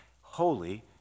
holy